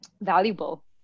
valuable